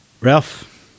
ralph